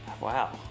Wow